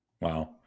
Wow